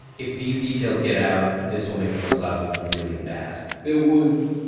if these details get out, this will make the mossad look really bad there was,